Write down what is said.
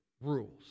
rules